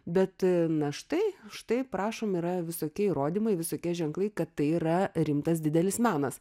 bet na štai štai prašom yra visokie įrodymai visokie ženklai kad tai yra rimtas didelis menas